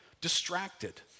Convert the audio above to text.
Distracted